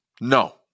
no